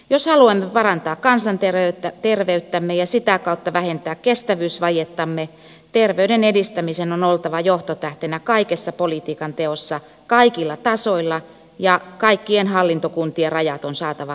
jos haluamme parantaa kansanterveyttämme ja sitä kautta vähentää kestävyysvajettamme terveyden edistämisen on oltava johtotähtenä kaikessa politiikan teossa kaikilla tasoilla ja kaikkien hallintokuntien rajat on saatava rikottua